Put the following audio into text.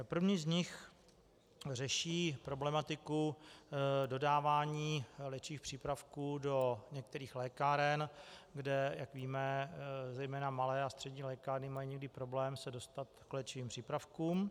První z nich řeší problematiku dodávání léčivých přípravků do některých lékáren, kde, jak víme, zejména malé a střední lékárny mají někdy problém se dostat k léčivým přípravkům.